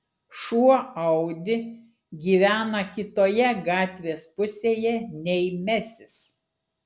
šuo audi gyvena kitoje gatvės pusėje nei mesis